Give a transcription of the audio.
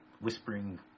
whispering